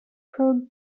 probe